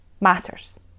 matters